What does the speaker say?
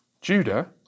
Judah